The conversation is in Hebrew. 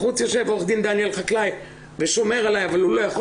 בחוץ יושב עורך דין דניאל חקלאי ושומר עלי אבל הוא לא יכול